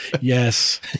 Yes